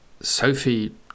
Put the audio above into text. Sophie